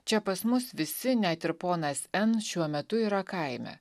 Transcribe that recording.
čia pas mus visi net ir ponas n šiuo metu yra kaime